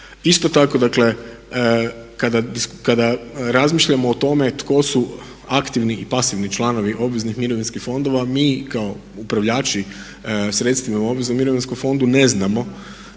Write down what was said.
Isto tako dakle kada razmišljamo o tome tko su aktivni i pasivni članovi obveznih mirovinskih fondova mi kao upravljači u sredstvima u obveznom mirovinskom fondu ne znamo